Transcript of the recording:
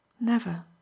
Never